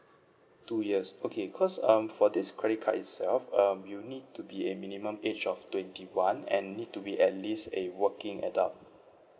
two years okay because um for this credit card itself um you'll need to be a minimum age of twenty one and you need to be at least a working adult